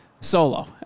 solo